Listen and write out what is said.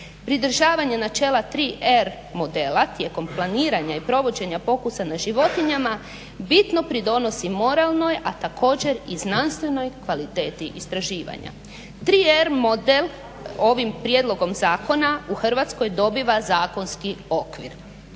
Pridržavanje načela 3R modela tijekom planiranja i provođenja pokusa na životinjama bitno pridonosi moralnoj, a također i znanstvenoj kvaliteti istraživanja. 3R model ovim prijedlogom zakona u Hrvatskoj dobiva zakonski okvir.